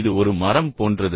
இது ஒரு மரம் போன்றது